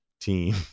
team